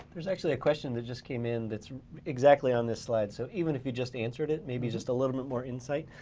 there's actually a question that just came in that's exactly on this slide. so even if you just answered it, maybe just a little bit more insight.